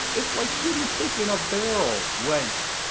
it's like shooting fish in a barrel. wait,